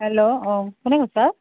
hello অ কোনে কৈছা